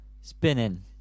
Spinning